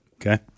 Okay